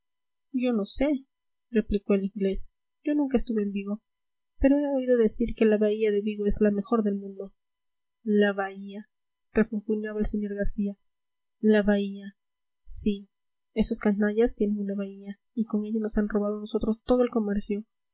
yo no sé replicó el inglés yo nunca estuve en vigo pero he oído decir que la bahía de vigo es la mejor del mundo la bahía refunfuñaba el sr garcía la bahía sí esos canallas tienen una bahía y con ella nos han robado a nosotros todo el comercio